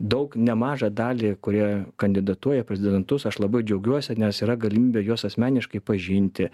daug nemažą dalį kurie kandidatuoja į prezidentus aš labai džiaugiuosi nes yra galimybė juos asmeniškai pažinti